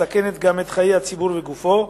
מסכנת גם את חיי הציבור וגופו,